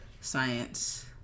science